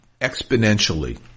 exponentially